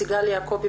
סיגל יעקבי,